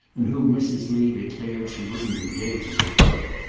and whom mrs. lee declared she wouldn't engage as a cook,